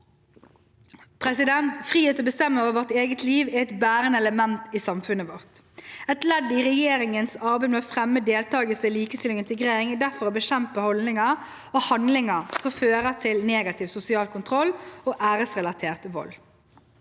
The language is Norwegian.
muslimer. Frihet til å bestemme over vårt eget liv er et bærende element i samfunnet vårt. Et ledd i regjeringens arbeid med å fremme deltakelse, likestilling og integrering er derfor å bekjempe holdninger og handlinger som fører til negativ sosial kontroll og æresrelatert vold.